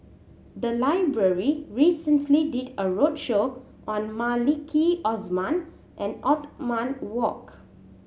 the library recently did a roadshow on Maliki Osman and Othman Wok